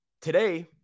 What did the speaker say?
today